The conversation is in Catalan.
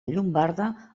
llombarda